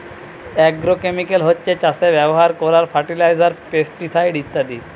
agrochemical হচ্ছে চাষে ব্যাভার কোরার ফার্টিলাইজার, পেস্টিসাইড ইত্যাদি